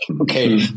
okay